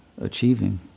achieving